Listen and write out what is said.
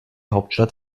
hauptstadt